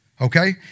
okay